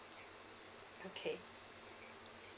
okay